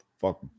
fuck